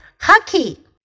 hockey